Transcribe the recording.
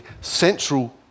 central